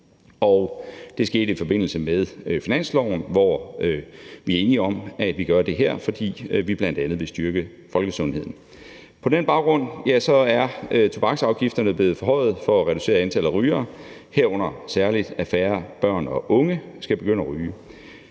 det skete i forbindelse med finansloven, hvor vi blev enige om, at vi gør det her, fordi vi bl.a. vil styrke folkesundheden. På den baggrund er tobaksafgifterne blevet forhøjet for at reducere antallet af rygere, herunder særlig i forhold til at færre børn og unge skal begynde at ryge.